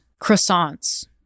croissants